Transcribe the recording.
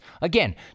Again